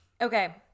okay